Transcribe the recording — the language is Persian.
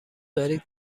دارید